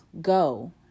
go